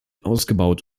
ausgebaut